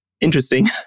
interesting